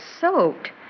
soaked